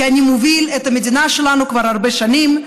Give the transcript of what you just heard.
כי אני מוביל את המדינה שלנו כבר הרבה שנים.